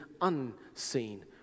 unseen